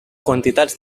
quantitats